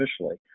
officially